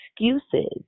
excuses